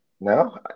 No